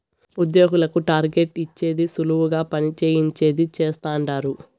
ఉద్యోగులకు టార్గెట్ ఇచ్చేది సులువుగా పని చేయించేది చేస్తండారు